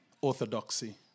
orthodoxy